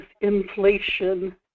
inflation